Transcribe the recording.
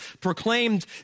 proclaimed